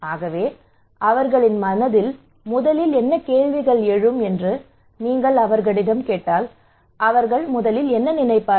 ஆகவே அவர்களின் மனதில் முதலில் என்ன கேள்விகள் வரும் என்று நீங்கள் அவர்களிடம் கேட்டால் அவர்கள் முதலில் என்ன நினைப்பார்கள்